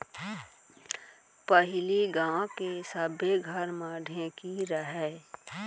पहिली गांव के सब्बे घर म ढेंकी रहय